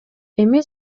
эми